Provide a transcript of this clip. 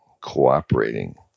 cooperating